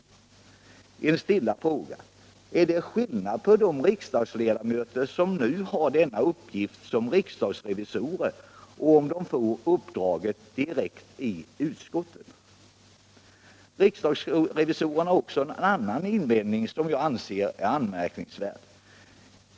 En stilla fråga: Är det skillnad på de riksdagsledamöter som nu har denna uppgift som riksdagsrevisorer och på samma ledamöter om de får uppdraget direkt i utskottet? Riksdagsrevisorerna har också en annan invändning som jag anser är anmärkningsvärd.